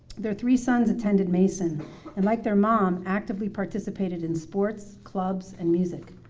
their three sons attended mason and, like their mom, actively participated in sports, clubs, and music,